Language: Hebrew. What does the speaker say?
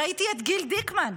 ראיתי את גיל דיקמן,